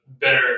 better